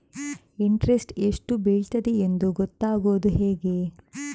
Interest ಎಷ್ಟು ಬೀಳ್ತದೆಯೆಂದು ಗೊತ್ತಾಗೂದು ಹೇಗೆ?